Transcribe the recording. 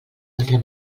altra